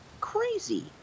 crazy